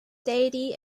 deity